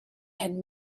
had